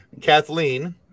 Kathleen